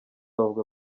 bavuga